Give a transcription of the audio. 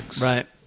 right